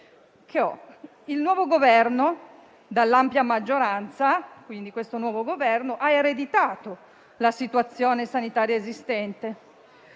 Il nuovo Governo, con la sua ampia maggioranza, ha ereditato la situazione sanitaria esistente,